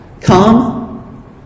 come